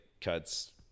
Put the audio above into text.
cuts